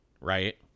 right